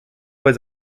was